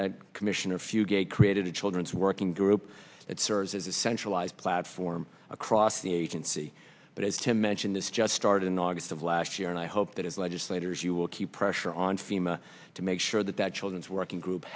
that commissioner if you get created a children's working group that serves as a centralized platform across the agency but as to mention this just started in august of last year and i hope that as legislators you will keep pressure on fema to make sure that that children's working group